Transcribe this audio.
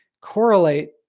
correlate